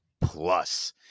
plus